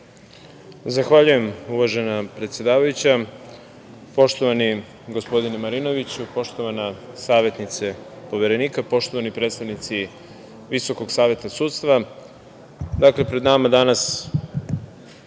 Zahvaljujem uvažena predsedavajuća. Poštovani gospodine Marinoviću, poštovana savetnice Poverenika, poštovani predstavnici VSS, pred nama su danas